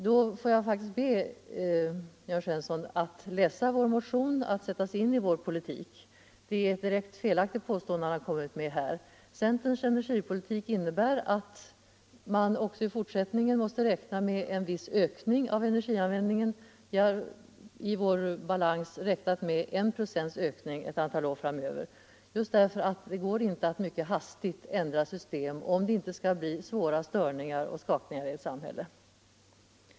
Då får jag faktiskt be herr Svensson att läsa vår motion och sätta sig in i vår politik. Det är ett direkt felaktigt påstående han kommer med här. Centerns energipolitik innebär att man också i fortsättningen måste räkna med en viss ökning av energianvändningen. Vi har i vår balans räknat med 1 96 Nr 111 ökning ett antal år framöver, eftersom det inte går att mycket hastigt Onsdagen den ändra system om det inte skall bli svåra störningar och skakningar i 28 april 1976 samhället.